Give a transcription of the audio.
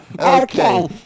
Okay